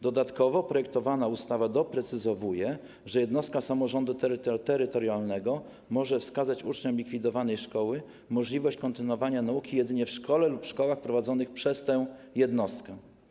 Dodatkowo projektowana ustawa doprecyzowuje, że jednostka samorządu terytorialnego może wskazać uczniom likwidowanej szkoły możliwość kontynuowania nauki jedynie w szkole lub szkołach prowadzonych przez tę jednostkę.